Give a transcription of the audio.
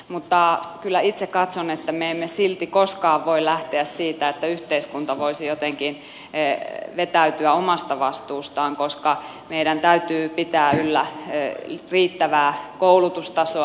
mutta kyllä itse katson että me emme silti koskaan voi lähteä siitä että yhteiskunta voisi jotenkin vetäytyä omasta vastuustaan koska meidän täytyy pitää yllä riittävää koulutustasoa